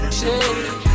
shake